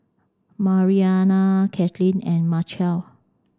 Mariana Katlyn and Machelle